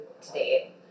today